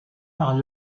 par